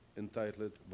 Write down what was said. entitled